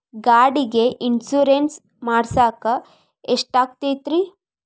ಗಾಡಿಗೆ ಇನ್ಶೂರೆನ್ಸ್ ಮಾಡಸಾಕ ಎಷ್ಟಾಗತೈತ್ರಿ?